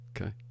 Okay